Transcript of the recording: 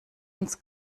ins